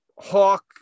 Hawk